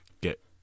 get